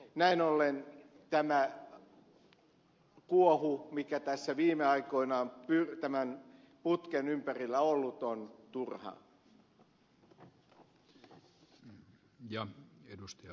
näin ollen tämä kuohu mikä tässä viime aikoina on tämän putken ympärillä ollut on turha